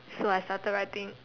so I started writing